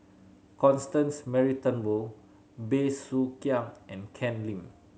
Constance Mary Turnbull Bey Soo Khiang and Ken Lim